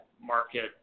market